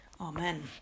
Amen